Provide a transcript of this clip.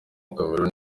cameroon